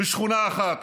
בשכונה אחת